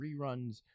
reruns